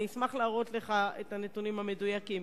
אשמח להראות לך את הנתונים המדויקים.